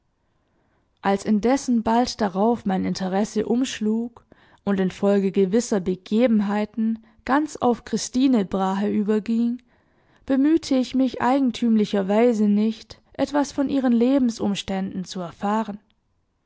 als indessen bald darauf mein interesse umschlug und infolge gewisser begebenheiten ganz auf christine brahe überging bemühte ich mich eigentümlicherweise nicht etwas von ihren lebensumständen zu erfahren